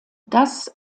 das